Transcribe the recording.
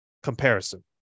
Comparison